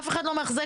אף אחד לא מאחזק,